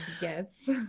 yes